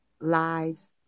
lives